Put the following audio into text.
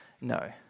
No